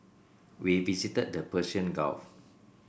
we visited the Persian Gulf